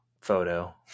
photo